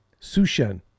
Sushen